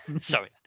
Sorry